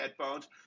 headphones